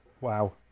Wow